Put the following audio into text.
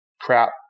crap